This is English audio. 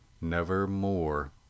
nevermore